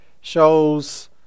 shows